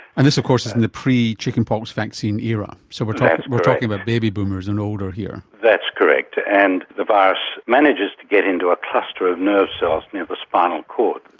and this of course is in the pre-chickenpox vaccine era, so but we are talking about baby boomers and older here. that's correct, and the virus manages to get into a cluster of nerve cells near the spinal cord,